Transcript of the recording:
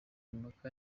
impaka